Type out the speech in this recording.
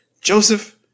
Joseph